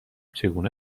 چگونه